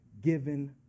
given